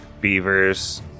Beavers